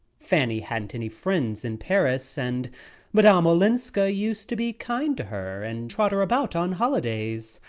fanny hadn't any friends in paris, and madame olenska used to be kind to her and trot her about on holidays.